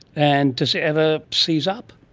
and does it ever seize up?